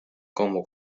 como